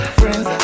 friends